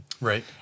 Right